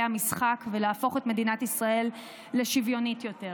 המשחק ולהפוך את מדינת ישראל לשוויונית יותר.